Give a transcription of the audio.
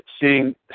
seeing